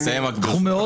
אנחנו מאוד רגועים.